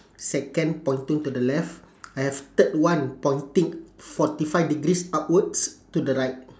second pointing to the left I have third one pointing forty five degrees upwards to the right